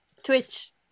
twitch